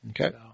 Okay